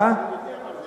מי אמר את זה?